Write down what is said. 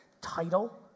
Title